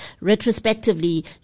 Retrospectively